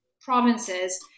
provinces